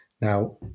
Now